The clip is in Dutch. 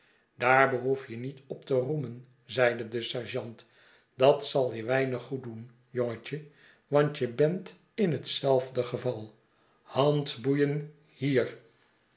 daar behoef je niet op te roemen zeide de sergeant dat zal je weinig goeddoen jongetje want je bent in hetzelfde geval handboeien hier